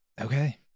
Okay